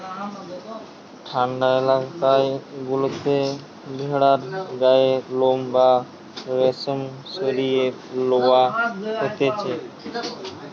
ঠান্ডা এলাকা গুলাতে ভেড়ার গায়ের লোম বা রেশম সরিয়ে লওয়া হতিছে